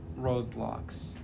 roadblocks